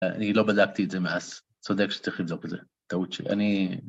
אני לא בדקתי את זה מאז, צודק שצריך לבדוק את זה, טעות שלי. אני...